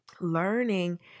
learning